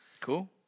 Cool